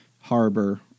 harbor